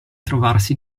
trovarsi